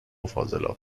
فاضلاب